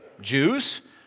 Jews